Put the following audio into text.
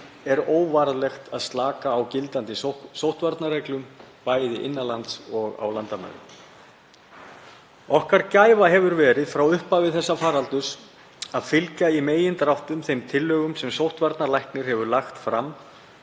er óvarlegt að slaka á gildandi sóttvarnareglum, bæði innan lands og á landamærum. Okkar gæfa hefur verið frá upphafi þessa faraldurs að fylgja í megindráttum þeim tillögum sem sóttvarnalæknir hefur lagt fram,